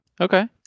Okay